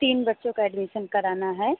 तीन बच्चों का एडमिसन कराना है